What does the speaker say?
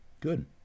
Good